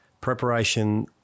preparation